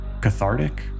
Cathartic